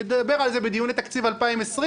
נדבר על זה בדיוני תקציב 2020,